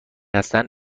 هستند